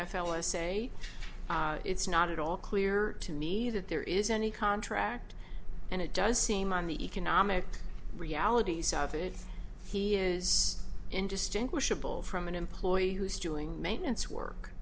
i say it's not at all clear to me that there is any contract and it does seem on the economic realities of it he is indistinguishable from an employee who's doing maintenance work